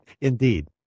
indeed